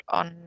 on